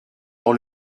dans